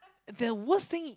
the worst thing